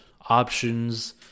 options